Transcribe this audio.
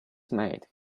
mate